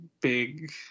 big